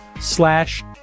slash